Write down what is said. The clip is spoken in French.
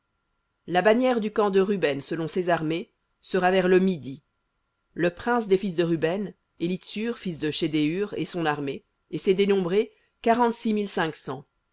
la bannière du camp de ruben selon ses armées sera vers le midi le prince des fils de ruben élitsur fils de shedéur et son armée et ses dénombrés